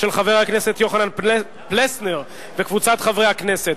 של חבר הכנסת יוחנן פלסנר וקבוצת חברי הכנסת.